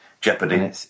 Jeopardy